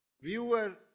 Viewer